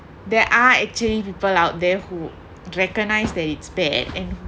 there are actually people out there who recognise that it's bad and